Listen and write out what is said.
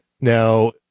Now